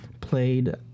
played